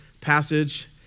passage